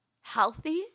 healthy